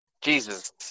Jesus